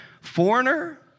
foreigner